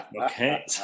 Okay